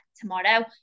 tomorrow